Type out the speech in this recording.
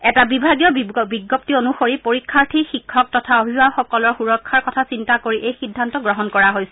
এটা বিভাগীয় বিজ্ঞপ্তি অনুসৰি পৰীক্ষাৰ্থী শিক্ষক তথা অভিভাৱকসকলৰ সুৰক্ষাৰ কথা চিন্তা কৰি এই সিদ্ধান্ত গ্ৰহণ কৰা হৈছে